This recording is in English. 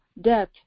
death